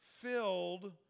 Filled